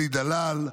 אלי דלל,